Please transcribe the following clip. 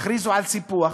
ותכריזו על סיפוח,